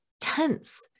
tense